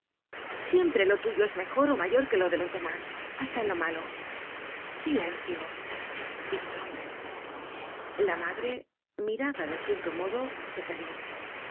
siempre lo tuyo es mejor ó mayor que lo de los demás hasta en lo malo silencio dijo el hombre la madre mirada de cierto modo se calló